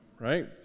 right